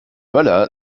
möller